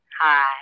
Hi